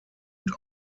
und